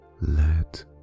let